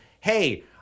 hey